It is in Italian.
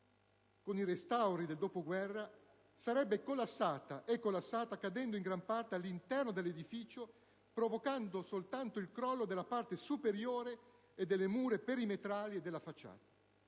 con i restauri del dopoguerra - è collassata, cadendo in gran parte all'interno dell'edificio, provocando soltanto il crollo della parte superiore e delle mura perimetrali della facciata.